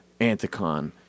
Anticon